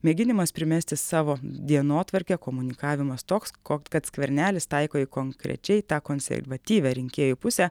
mėginimas primesti savo dienotvarkę komunikavimas toks kok kad skvernelis taiko į konkrečiai tą konservatyvią rinkėjų pusę